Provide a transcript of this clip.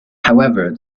however